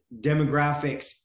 demographics